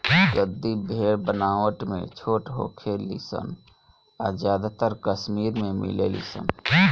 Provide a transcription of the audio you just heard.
गद्दी भेड़ बनावट में छोट होखे ली सन आ ज्यादातर कश्मीर में मिलेली सन